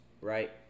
right